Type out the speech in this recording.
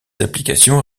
applications